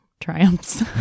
triumphs